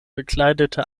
bekleidete